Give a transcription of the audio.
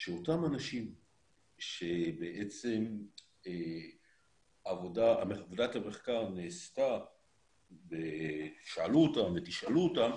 שאותם אנשים שבעצם עבודת המחקר נעשתה ושאלו אותם ותשאלו אותם,